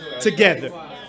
together